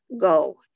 go